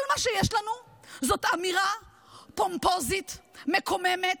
כל מה שיש לנו זאת אמירה פומפוזית, מקוממת,